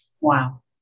Wow